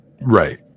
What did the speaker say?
Right